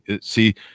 see